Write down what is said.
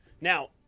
now